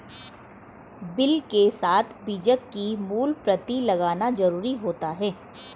bill के साथ बीजक की मूल प्रति लगाना जरुरी होता है